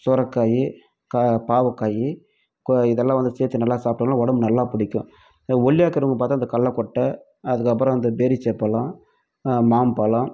சுரக்காயி கா பாகக்காயி கோ இதெல்லாம் வந்து சேர்த்து நல்லா சாப்பிட்டோன்னா உடம்பு நல்லா பிடிக்கும் ஒல்லியாக இருக்கறவுங்க பார்த்தா இந்த கடல கொட்டை அதுக்கப்புறம் அந்த பேரிச்சம்பழம் மாம்பழம்